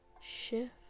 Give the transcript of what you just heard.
Shift